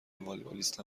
والیبالیست